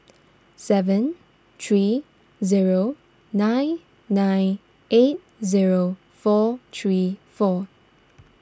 seven three zero nine nine eight zero four three four